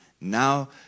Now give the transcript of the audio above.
Now